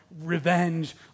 revenge